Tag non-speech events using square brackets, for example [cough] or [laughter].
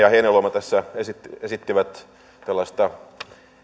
[unintelligible] ja heinäluoma tässä esittivät tällaista